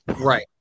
Right